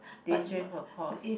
they spray her paws